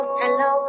hello